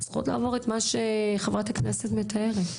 צריכות לעבור את מה שחברת הכנסת מתארת.